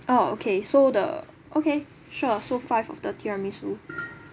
oh okay so the okay sure so five of the tiramisu